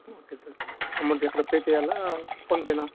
okay sir amount ఎక్కడ pay చేయాలి PhonePe నా